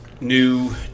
new